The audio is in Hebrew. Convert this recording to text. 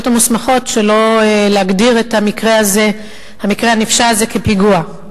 המוסמכות שלא להגדיר את המקרה הנפשע הזה כפיגוע.